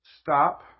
Stop